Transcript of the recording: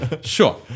Sure